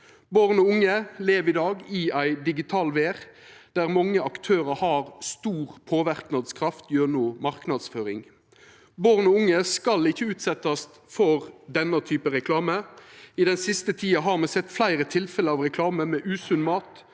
Barn og unge lever i dag i ei digital verd, der mange aktørar har stor påverknadskraft gjennom marknadsføring. Ein skal ikkje utsetja barn og unge for denne typen reklame. Den siste tida har me sett fleire tilfelle av reklame for usunn mat